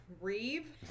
Reeve